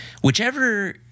Whichever